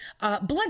blood